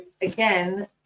again